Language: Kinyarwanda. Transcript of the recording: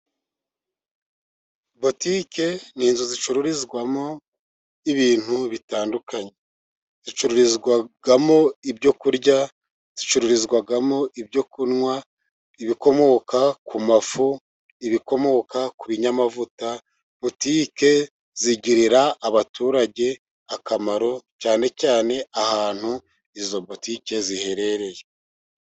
Botiki ni inz zicururizwamo ibintu bitandukanye. Zicururizwamo ibyo kurya, zicururizwamo ibyo kunywa, ibikomoka ku mafu, ibikomoka ku binyamavuta, botike zigirira abaturage akamaro, cyane cyane ahantu izo botike ziherereye.